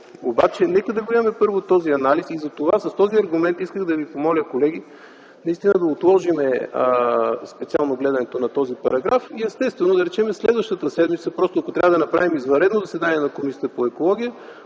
Обаче нека да имаме първо този анализ. И затова с този аргумент исках да ви помоля, колеги, да отложим гледането на този параграф и естествено, следващата седмица ако трябва да направим извънредно заседание на Комисията по околната